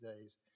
days